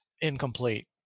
incomplete